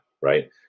right